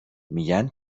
میگن